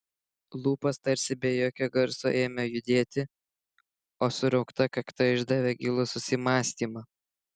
lūpos tarsi be jokio garso ėmė judėti o suraukta kakta išdavė gilų susimąstymą